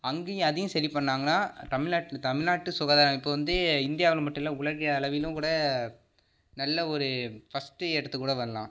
அங்கேயும் அதையும் சரி பண்ணாங்கன்னா தமிழ்நாட்டில தமிழ்நாட்டு சுகாதார அமைப்பு வந்து இந்தியாவுல மட்டும் இல்லை உலக அளவிலும் கூட நல்ல ஒரு ஃபர்ஸ்ட்டு இடத்துக்கு கூட வரலாம்